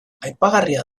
aipagarria